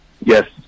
Yes